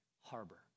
harbor